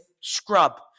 scrub